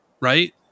right